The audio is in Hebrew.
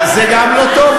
אה, זה גם לא טוב?